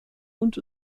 und